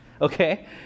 okay